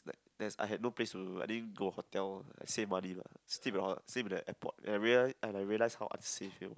like there I had no place I didn't go hotel save money lah sleep in the ho~ sleep in the airport and I realise and I realise how unsafe here